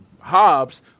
Hobbs